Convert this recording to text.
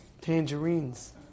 tangerines